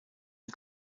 ein